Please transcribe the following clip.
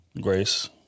grace